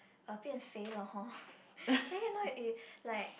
uh 变肥了 hor then you know it like